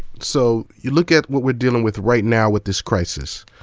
so, you look at what we're dealing with right now with this crisis,